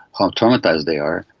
how traumatised they are,